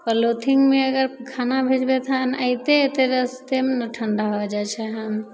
पॉलिथिनमे अगर खाना भेजबै तऽ अएते अएते रस्तेमे ने ठण्डा हो जाइ छै हँ